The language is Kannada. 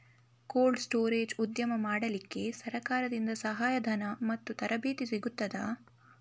ಕೋಲ್ಡ್ ಸ್ಟೋರೇಜ್ ಉದ್ಯಮ ಮಾಡಲಿಕ್ಕೆ ಸರಕಾರದಿಂದ ಸಹಾಯ ಧನ ಮತ್ತು ತರಬೇತಿ ಸಿಗುತ್ತದಾ?